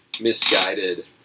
misguided